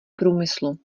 průmyslu